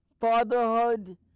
Fatherhood